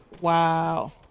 Wow